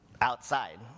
outside